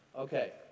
Okay